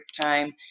time